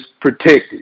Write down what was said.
protected